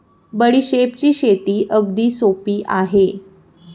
बडीशेपची शेती अगदी सोपी आहे